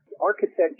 architect